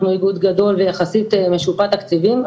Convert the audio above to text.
אנחנו איגוד גדול ויחסית משופע תקציבים.